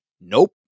Nope